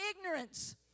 ignorance